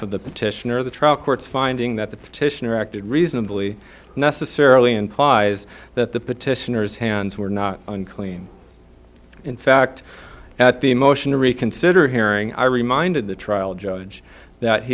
of the petitioner the truck court's finding that the petitioner acted reasonably necessarily implies that the petitioners hands were not clean in fact at the motion to reconsider hearing i reminded the trial judge that he